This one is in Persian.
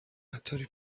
عطاری